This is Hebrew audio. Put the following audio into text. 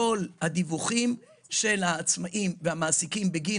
כל הדיווחים של העצמאים והמעסיקים בגין